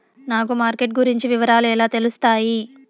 నాకు మార్కెట్ గురించి వివరాలు ఎలా తెలుస్తాయి?